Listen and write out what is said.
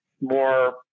more